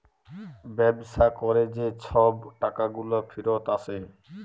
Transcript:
ব্যবসা ক্যরে যে ছব টাকাগুলা ফিরত আসে